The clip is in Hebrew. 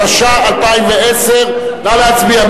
התשע"א 2010. נא להצביע.